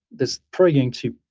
that's probably going to